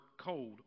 cold